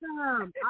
Awesome